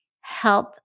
help